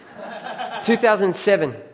2007